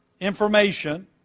information